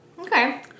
Okay